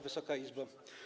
Wysoka Izbo!